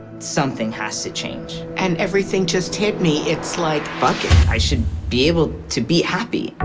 something has to change. and everything just hit me, it's like. fuck it, i should be able to be happy.